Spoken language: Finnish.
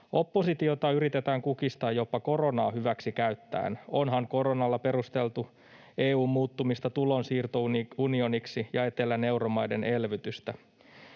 Oppositiota yritetään kukistaa jopa koronaa hyväksi käyttäen, onhan koronalla perusteltu EU:n muuttumista tulonsiirtounioniksi ja etelän euromaiden elvytystä.